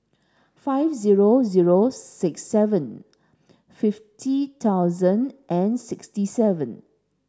five zero zero six seven fifty thousand and sixty seven